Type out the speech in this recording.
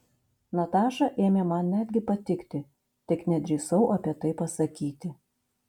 nataša ėmė man netgi patikti tik nedrįsau apie tai pasakyti